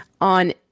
On